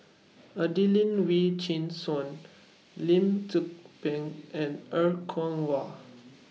Adelene Wee Chin Suan Lim Tze Peng and Er Kwong Wah